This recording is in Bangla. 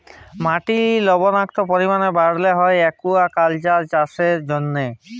মাটির লবলের পরিমাল বাড়ালো হ্যয় একুয়াকালচার চাষের জ্যনহে